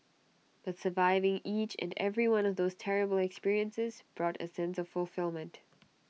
but surviving each and every one of those terrible experiences brought A sense of fulfilment